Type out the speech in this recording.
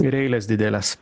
ir eilės didelės